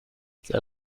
they